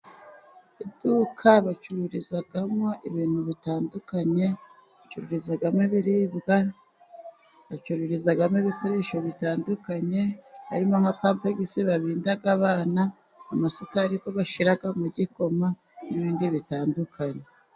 Iduka bacururizamo ibintu bitandukanye. Bacururizamo ibiribwa, bacururizamo ibikoresho bitandukanye harimo nka pampegisi, babinda abana, amasukari bashira mu gikoma n'ibindi bitandukanye.